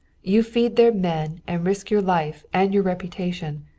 you feed their men and risk your life and your reputation,